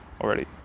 already